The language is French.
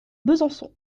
besançon